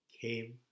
came